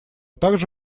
также